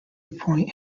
appoint